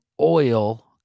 oil